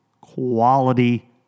quality